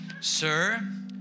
Sir